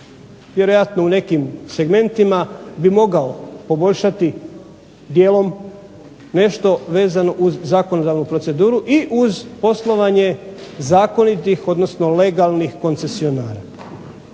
vjerojatno u nekim segmentima bi mogao poboljšati dijelom nešto vezano uz zakonodavnu proceduru i uz poslovanje zakonitih, odnosno legalnih koncesionara.